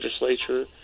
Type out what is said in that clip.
legislature